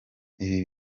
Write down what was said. ibi